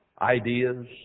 ideas